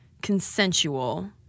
consensual